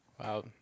Wow